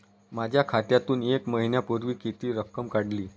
माझ्या खात्यातून एक महिन्यापूर्वी किती रक्कम काढली?